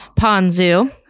Ponzu